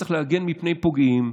כשצריך להגן מפני פוגעים,